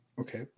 okay